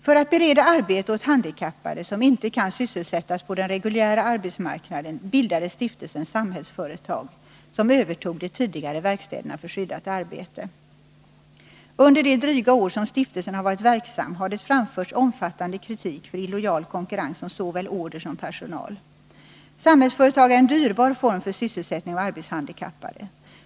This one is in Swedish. För att bereda arbete åt handikappade som inte kan sysselsättas på den reguljära arbetsmarknaden bildades stiftelsen Samhällsföretag, som övertog de tidigare verkstäderna för skyddat arbete. Under det dryga år som stiftelsen har varit verksam har det framförts omfattande kritik mot stiftelsen för illojal konkurrens om såväl order som personal. Samhällsföretags verksamhet är en dyrbar form för sysselsättning av arbetshandikappade.